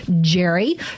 Jerry